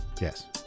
Yes